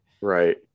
Right